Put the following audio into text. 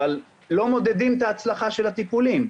לא מודדים את הצלחת הטיפולים.